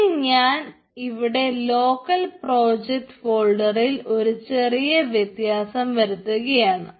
ഇനി ഞാൻ ഇവിടെ ലോക്കൽ പ്രോജക്റ്റ് ഫോൾഡറിൽ ഒരു ചെറിയ വ്യത്യാസം വരുത്തുകയാണ്